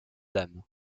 dames